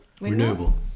Renewable